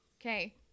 Okay